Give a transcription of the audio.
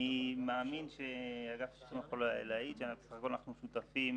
אני מאמין והאגף ישמח אולי להעיד שאנחנו שותפים